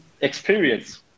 experience